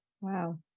wow